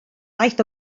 aeth